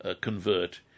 convert